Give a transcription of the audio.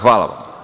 Hvala.